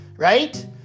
Right